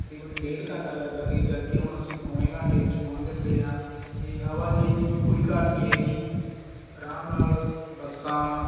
ਤਕਰੀਬਨ ਡੇਢ ਘੰਟਾ ਲੱਗਦਾ ਸੀ ਜਦਕਿ ਹੁਣ ਅਸੀਂ ਪੌਣੇ ਘੰਟੇ ਵਿੱਚ ਪਹੁੰਚ ਜਾਂਦੇ ਹਾਂ ਅਤੇ ਆਵਾਜਾਈ ਦੀ ਵੀ ਕੋਈ ਘਾਟ ਨਹੀਂ ਹੈਗੀ ਅਰਾਮ ਨਾਲ ਸ ਬੱਸਾਂ